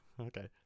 okay